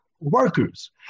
workers